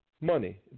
money